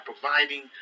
providing